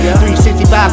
365